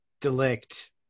Delict